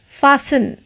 fasten